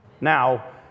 Now